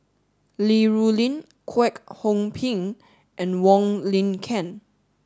Li Rulin Kwek Hong Png and Wong Lin Ken